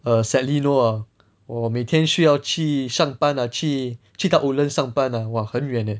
err sadly no ah 我每天需要去上班 ah 去到 woodlands 上班 ah !wah! 很远 leh